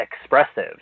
expressive